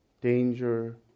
danger